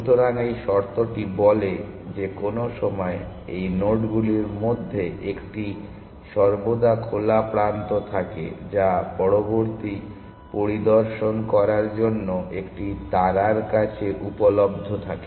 সুতরাং এই শর্তটি বলে যে কোনও সময় এই নোডগুলির মধ্যে 1টি সর্বদা খোলা প্রান্ত থাকে যা পরবর্তী পরিদর্শন করার জন্য একটি তারার কাছে উপলব্ধ থাকে